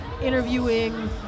interviewing